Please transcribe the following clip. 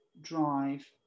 drive